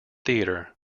theatre